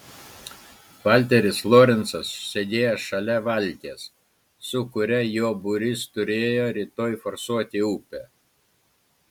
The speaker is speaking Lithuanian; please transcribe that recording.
valteris lorencas sėdėjo šalia valties su kuria jo būrys turėjo rytoj forsuoti upę